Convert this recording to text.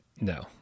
No